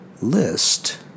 list